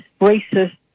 racist